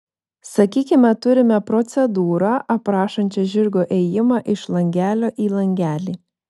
sakykime turime procedūrą aprašančią žirgo ėjimą iš langelio į langelį